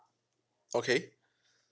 okay